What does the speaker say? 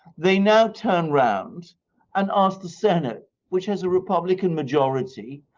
they now turn round and ask the senate, which has a republican majority,